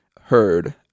heard